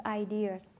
ideas